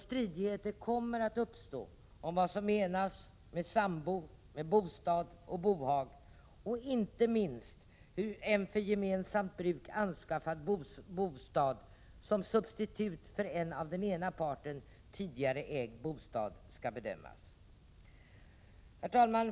Stridigheter kommer att uppstå om vad som menas med sambo, bostad, bohag, och inte minst hur en för gemensamt bruk anskaffad bostad som substitut för en av den ena parten tidigare ägd bostad skall bedömas. Herr talman!